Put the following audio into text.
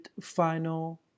final